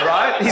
Right